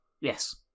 Yes